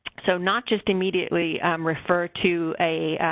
so, not just immediately refer to a